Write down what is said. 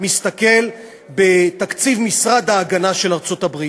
מסתכל בתקציב משרד ההגנה של ארצות-הברית,